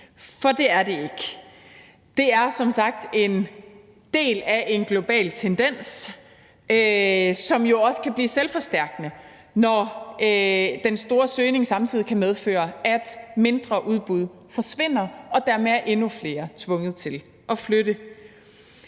for det er det ikke. Det er som sagt en del af en global tendens, som jo også kan blive selvforstærkende, når den store søgning samtidig kan medføre, at mindre udbud forsvinder, og dermed at endnu flere er tvunget til at flytte.